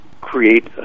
create